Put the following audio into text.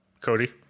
Cody